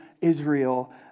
Israel